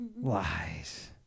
lies